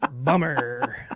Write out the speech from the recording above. Bummer